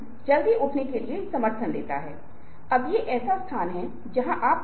इसलिए हमें चीजों को देखने के तरीके को बदलने के लिए राजी किया गया है और इसका ओके OK के साथ एक जटिल संबंध है